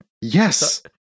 yes